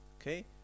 okay